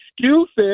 excuses